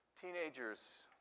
Teenagers